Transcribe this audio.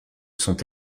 sont